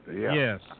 Yes